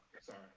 sorry